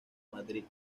madrid